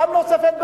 פעם נוספת,